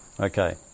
Okay